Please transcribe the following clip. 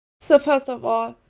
so first of all,